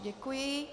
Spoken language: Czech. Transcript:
Děkuji.